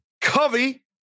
Covey